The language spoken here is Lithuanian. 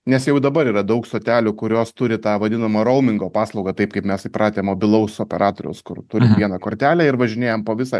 nes jau dabar yra daug stotelių kurios turi tą vadinamą roumingo paslaugą taip kaip mes įpratę mobilaus operatoriaus kur turim vieną kortelę ir važinėjam po visą